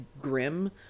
grim